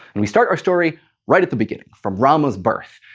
and we start our story right at the beginning, from rama's birth.